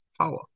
power